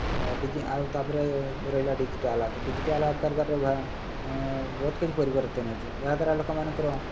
ଆଉ ତା'ପରେ ରହିଲା ଡିଜିଟାଲ୍ ଆପ୍ ଡିଜିଟାଲ୍ ଆପ୍ କରିବାରେ ବହୁତ କିଛି ପରିବର୍ତ୍ତନ ହୋଇଛି ଏହା ଦ୍ୱାରା ଲୋକମାନଙ୍କର